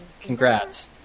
Congrats